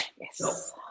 Yes